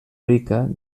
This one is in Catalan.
rica